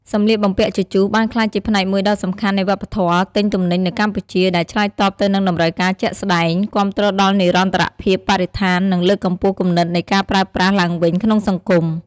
សម្លៀកបំពាក់ជជុះបានក្លាយជាផ្នែកមួយដ៏សំខាន់នៃវប្បធម៌ទិញទំនិញនៅកម្ពុជា ដែលឆ្លើយតបទៅនឹងតម្រូវការជាក់ស្ដែង គាំទ្រដល់និរន្តរភាពបរិស្ថាន និងលើកកម្ពស់គំនិតនៃការប្រើប្រាស់ឡើងវិញក្នុងសង្គម។